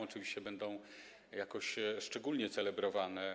Oczywiście będzie to jakoś szczególnie celebrowane.